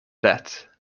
that